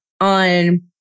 on